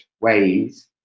ways